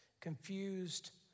confused